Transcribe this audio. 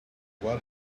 what